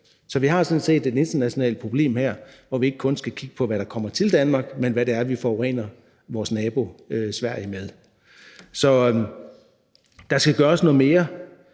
Så vi har sådan set et internationalt problem her, hvor vi ikke kun skal kigge på, hvad der kommer til Danmark, men også på, hvad det er vi forurener vores nabo Sverige med. Så der skal gøres noget mere,